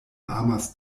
amas